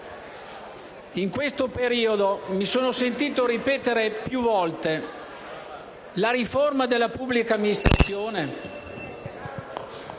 in questo periodo mi sono sentito ripetere più volte: riforma della pubblica amministrazione?